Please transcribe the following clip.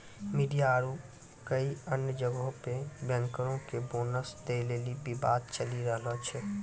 media आरु कई अन्य जगहो पे बैंकरो के बोनस दै लेली विवाद चलि रहलो छै